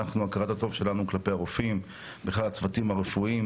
הכרת הטוב שלנו כלפי הרופאים והצוותים הרפואיים